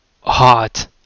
hot